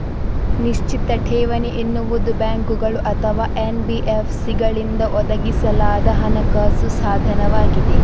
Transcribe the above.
ನಿಶ್ಚಿತ ಠೇವಣಿ ಎನ್ನುವುದು ಬ್ಯಾಂಕುಗಳು ಅಥವಾ ಎನ್.ಬಿ.ಎಫ್.ಸಿಗಳಿಂದ ಒದಗಿಸಲಾದ ಹಣಕಾಸು ಸಾಧನವಾಗಿದೆ